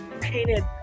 painted